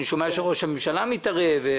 אני שומע שראש הממשלה מתערב,